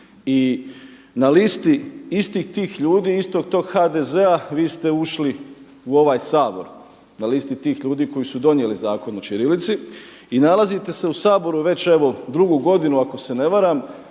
I na listi istih tih ljudi, istog tog HDZ-a vi ste ušli u ovaj Sabor na listi tih ljudi koji su donijeli Zakon o ćirilici. I nalazite se u Saboru već evo drugu godinu, ako se ne varam